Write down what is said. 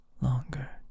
longer